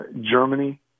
Germany